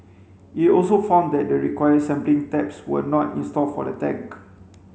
it also found that the required sampling taps were not installed for the tank